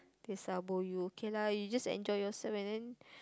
they sabo you okay lah you just enjoy yourself and then